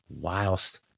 whilst